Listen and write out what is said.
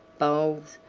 bowls,